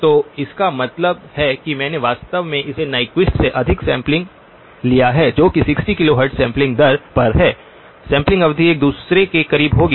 तो इसका मतलब है कि मैंने वास्तव में इसे न्यक्विस्ट से अधिक सैंपलिंग लिया है जो कि 60 किलोहर्ट्ज़ सैंपलिंग दर पर है सैंपलिंग अवधि एक दूसरे के करीब होगी